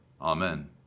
Amen